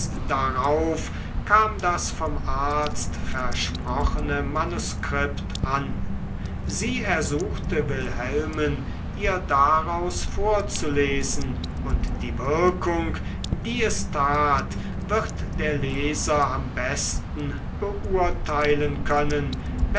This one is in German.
darauf kam das vom arzt versprochene manuskript an sie ersuchte wilhelmen ihr daraus vorzulesen und die wirkung die es tat wird der leser am besten beurteilen können